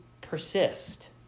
persist